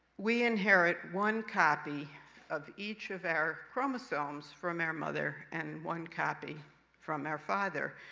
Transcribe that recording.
we inherit one copy of each of our chromosomes from our mother, and one copy from our father.